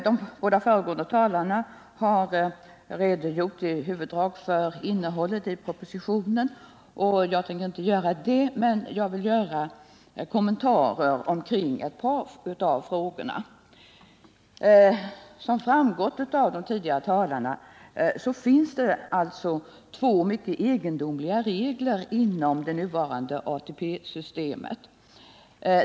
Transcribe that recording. De båda föregående talarna har redogjort för propositionens innehåll i huvuddrag, och jag skall därför nöja mig med att kommentera ett par av frågorna. Som framgår av vad som anförts tidigare finns det två mycket egendomliga regler inom det nuvarande ATP-systemet.